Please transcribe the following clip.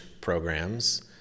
programs